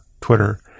Twitter